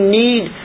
need